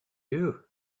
you